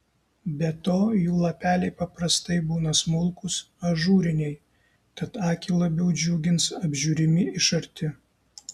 be to jų lapeliai paprastai būna smulkūs ažūriniai tad akį labiau džiugins apžiūrimi iš arti